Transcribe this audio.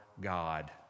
God